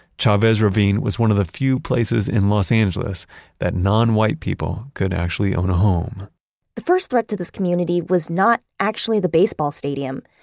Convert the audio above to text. chavez ravine was one of the few places in los angeles that non-white people could actually own a home the first threat to this community was not actually the baseball stadium.